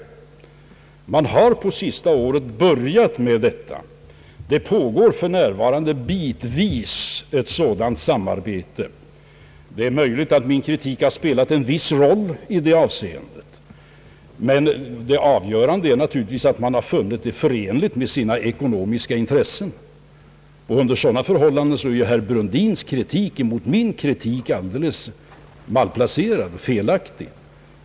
Man har på sista året börjat med detta. Det pågår för närvarande bitvis ett sådant samarbete. Det är möjligt att min kritik har spelat en viss roll i det avseendet, men det avgörande är naturligtvis att man har funnit det förenligt med sina ekonomiska intressen. Under sådana förhållanden är ju herr Brundins kritik av min kritik alldeles malplacerad och felaktig.